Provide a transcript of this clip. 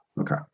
Okay